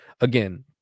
again